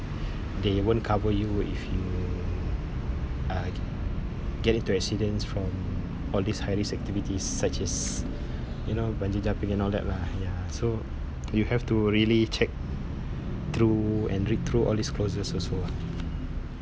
they won't cover you if you uh get into accidents from all these high risks activities such as you know bungee jumping and all that lah ya so you have to really check through and read through all these clauses also ah